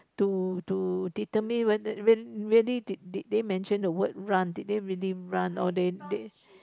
to to determine whether re~ really did they mention the word run did they really run or they they